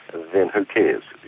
then who cares.